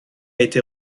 été